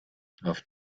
auf